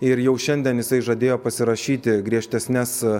ir jau šiandien jisai žadėjo pasirašyti griežtesnes